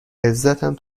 عزتم